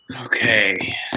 okay